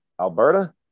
Alberta